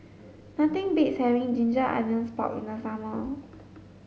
nothing beats having ginger onions pork in the summer